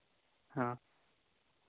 हाँ